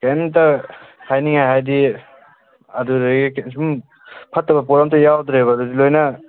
ꯀꯩꯝꯇ ꯍꯥꯏꯅꯤꯡꯉꯥꯏ ꯍꯥꯏꯗꯤ ꯑꯗꯨꯗꯒꯤ ꯁꯨꯝ ꯐꯠꯇꯕ ꯄꯣꯠ ꯑꯝꯇ ꯌꯥꯎꯗ꯭ꯔꯦꯕ ꯑꯗꯨꯗꯤ ꯂꯣꯏꯅ